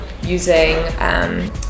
using